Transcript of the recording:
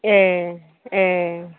ए ए